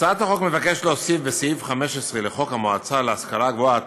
הצעת החוק מבקשת להוסיף בסעיף 15 לחוק המועצה להשכלה גבוהה,